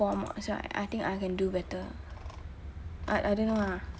four mods right I think I can do better but I don't know lah